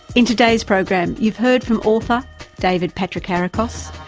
in today's program, you've heard from author david patrikarakos,